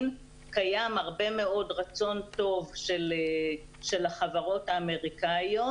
קיים הרבה מאוד רצון טוב של החברות האמריקניות,